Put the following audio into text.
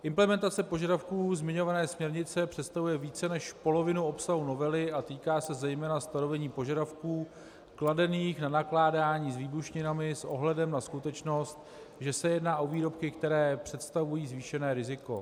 Implementace požadavků zmiňované směrnice představuje více než polovinu obsahu novely a týká se zejména stanovení požadavků kladených na nakládání s výbušninami s ohledem na skutečnost, že se jedná o výrobky, které představují zvýšené riziko.